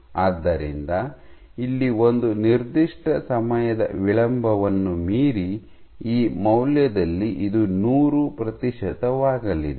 ಆದ್ದರಿಂದ ಇಲ್ಲಿ ಒಂದು ನಿರ್ದಿಷ್ಟ ಸಮಯದ ವಿಳಂಬವನ್ನು ಮೀರಿ ಈ ಮೌಲ್ಯದಲ್ಲಿ ಇದು ನೂರು ಪ್ರತಿಶತವಾಗಲಿದೆ